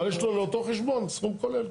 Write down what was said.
אבל יש לו לאותו חשבון סכום כולל,